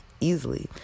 easily